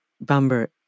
Bamber